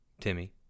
Timmy